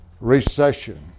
recession